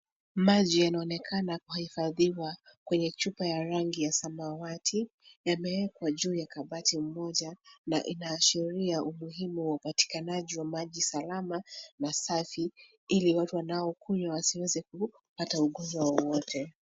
Maji yanaonekana kuhifadhiwa kwenye chupa ya rangi ya samawati. Yamewekwa juu ya kabati moja na inaashiria umuhimu wa upatikanaji wa maji salama na safi ili watu wanaokunywa wasiweze kupata ugonjwa wowote.